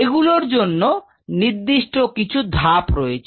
এগুলোর জন্য নির্দিষ্ট কিছু ধাপ রয়েছে